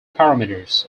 parameters